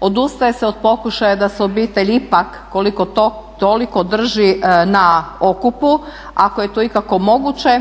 odustaje se od pokušaja da se obitelj ipak koliko toliko drži na okupu ako je to ikako moguće